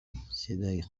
تقاطع